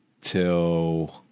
Till